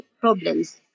problems